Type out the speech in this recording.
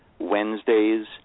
Wednesdays